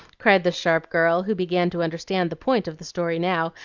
cried the sharp girl, who began to understand the point of the story now,